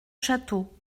château